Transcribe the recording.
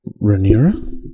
rhaenyra